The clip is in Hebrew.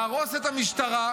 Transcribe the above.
להרוס את המשטרה,